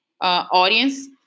audience